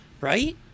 right